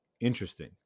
interesting